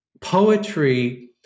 poetry